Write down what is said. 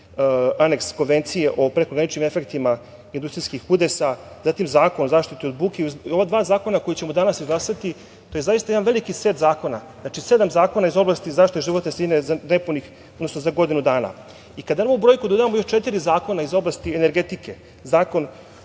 Aneks konvencije o prekograničnim efektima industrijskih udesa, zatim Zakon o zaštiti od buke. Ova dva zakona koji ćemo danas izglasati to je zaista jedan veliki set zakona. Znači, sedam zakona iz oblasti zaštite životne sredine za godinu dana. Kada na ovu brojku dodamo još četiri zakona iz oblasti energetike, Zakon